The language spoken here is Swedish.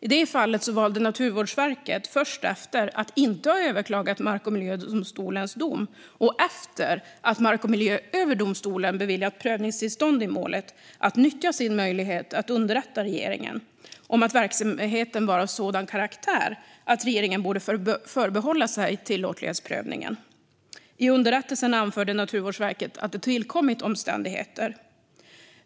I det fallet valde Naturvårdsverket - först efter att inte ha överklagat mark och miljödomstolens dom och efter att Mark och miljööverdomstolen beviljat prövningstillstånd i målet - att nyttja sin möjlighet att underrätta regeringen om att verksamheten var av sådan karaktär att regeringen borde förbehålla sig tillåtlighetsprövningen. I underrättelsen anförde Naturvårdsverket att det tillkommit omständigheter.